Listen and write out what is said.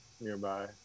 nearby